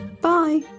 bye